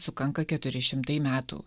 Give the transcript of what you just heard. sukanka keturi šimtai metų